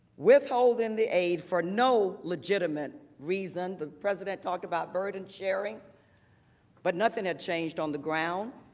withholding the aide for no legitimate reason. the president talked about burden sharing but nothing has changed on the ground.